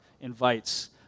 invites